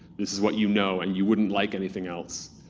this is what you know and you wouldn't like anything else.